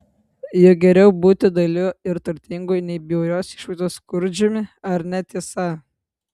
juk geriau būti dailiu ir turtingu nei bjaurios išvaizdos skurdžiumi ar ne tiesa